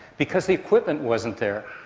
because the equipment wasn't there.